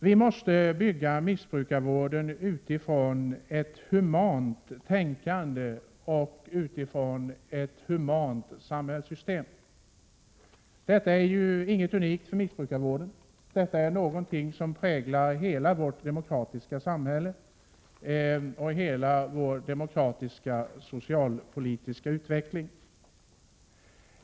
Vi måste bygga upp missbrukarvården utifrån ett humant tänkande och utifrån ett humant samhällssystem. Detta är ju ingenting som är unikt för missbrukarvården utan något som präglar hela vårt demokratiska samhälle och hela vår demokratiska socialpolitiska utveckling.